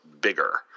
bigger